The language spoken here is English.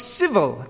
civil